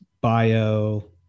bio